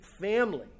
family